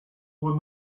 were